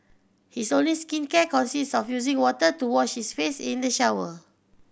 his only skincare consists of using water to wash his face in the shower